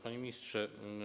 Panie Ministrze!